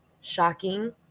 Shocking